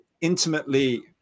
intimately